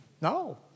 No